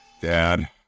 Dad